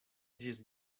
ĝis